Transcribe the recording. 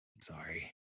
sorry